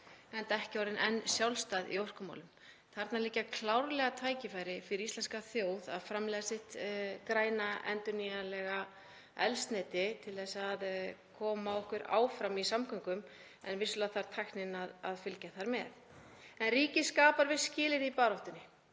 enda ekki orðin sjálfstæð enn í orkumálum. Þarna liggja klárlega tækifæri fyrir íslenska þjóð að framleiða sitt græna endurnýjanlega eldsneyti til að koma okkur áfram í samgöngum, en vissulega þarf tæknin að fylgja þar með. Ríkið skapar viss skilyrði í baráttunni